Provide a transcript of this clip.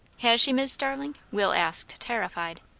has she, mis' starling? will asked, terrified.